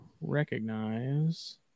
recognize